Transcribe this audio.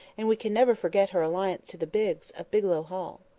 and we can never forget her alliance to the bigges, of bigelow hall.